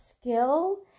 skill